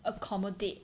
accommodate